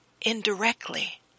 indirectly